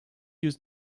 used